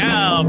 Now